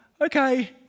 okay